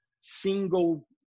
single